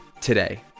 today